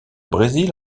brésil